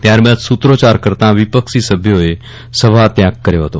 ત્યારબાદ સૂત્રોચ્ચાર કરતાં વિપક્ષી સભ્યોએ સભા ત્યાગ કર્યો હતો